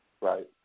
right